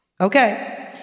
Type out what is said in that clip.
Okay